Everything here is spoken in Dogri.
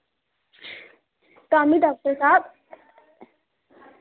ताहियें डॉक्टर साहब